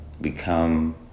become